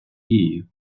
дії